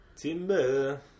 Timber